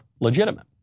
legitimate